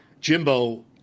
Jimbo